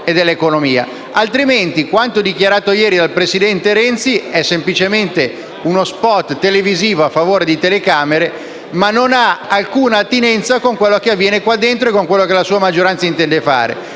Altrimenti, quanto dichiarato ieri dal presidente Renzi è semplicemente uno *spot* televisivo a favore delle telecamere, ma non ha alcuna attinenza con quello che avviene qui dentro e con quello che la maggioranza intende fare.